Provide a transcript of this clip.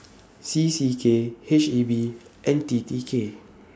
C C K H E B and T T K